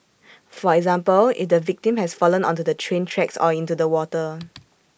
for example if the victim has fallen onto the train tracks or into the water